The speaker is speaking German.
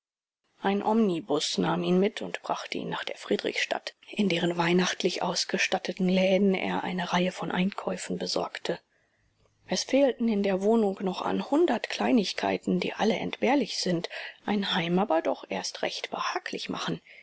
ein omnibus nahm ihn mit und brachte ihn nach der friedrichstadt in deren weihnachtlich ausgestatteten läden er eine reihe von einkäufen besorgte es fehlte in der wohnung noch an hundert kleinigkeiten die alle entbehrlich sind ein heim aber doch erst recht behaglich machen